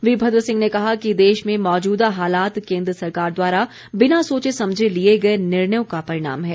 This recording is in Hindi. वीरभद्र सिंह ने कहा कि देश में मौजूदा हालात केन्द्र सरकार द्वारा बिना सोचे समझे लिए गए निर्णयों का परिणाम है